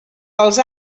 els